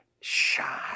shy